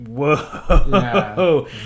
whoa